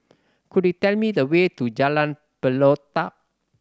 could you tell me the way to Jalan Pelatok